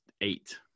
eight